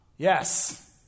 Yes